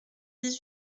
dix